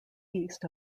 east